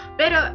pero